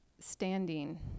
standing